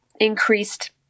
increased